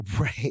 Right